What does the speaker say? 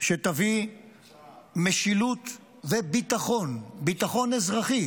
שתביא משילות וביטחון, ביטחון אזרחי